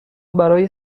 برای